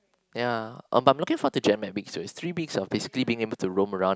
ya um but I'm looking forward to though it's three weeks of basically being able to roam around and